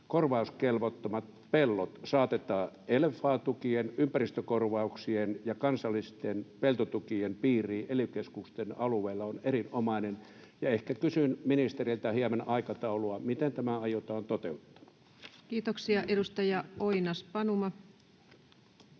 korvauskelvottomat pellot saatetaan LFA-tukien, ympäristökorvauksien ja kansallisten peltotukien piiriin ely-keskusten alueella, on erinomainen. Ja ehkä kysyn ministeriltä hieman aikataulua, miten tämä aiotaan toteuttaa. Kiitoksia. — Edustaja Oinas-Panuma.